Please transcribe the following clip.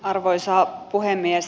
arvoisa puhemies